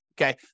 okay